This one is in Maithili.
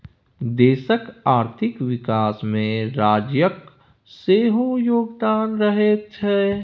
देशक आर्थिक विकासमे राज्यक सेहो योगदान रहैत छै